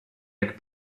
jak